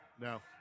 no